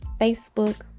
facebook